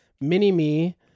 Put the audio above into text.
Mini-Me